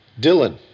Dylan